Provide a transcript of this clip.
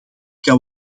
kan